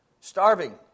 starving